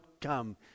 come